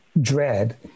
dread